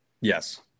Yes